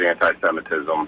anti-Semitism